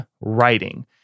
writing